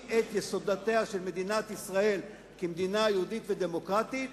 את יסודותיה של מדינת ישראל כמדינה יהודית ודמוקרטית,